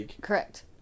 Correct